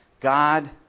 God